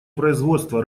производства